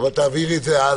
אבל תעבירי את זה הלאה: